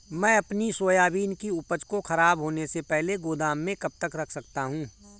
मैं अपनी सोयाबीन की उपज को ख़राब होने से पहले गोदाम में कब तक रख सकता हूँ?